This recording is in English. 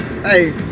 Hey